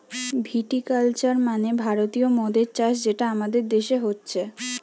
ভিটি culture মানে ভারতীয় মদের চাষ যেটা আমাদের দেশে হচ্ছে